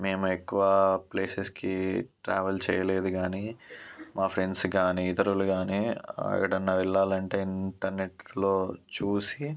మేము ఎక్కువ ప్లేసెస్కి ట్రావెల్ చేయలేదు కాని మా ఫ్రెండ్స్ కాని ఇతరులు కాని ఎక్కడన్నా వెళ్లాలంటే ఇంటర్నెట్స్లో చూసి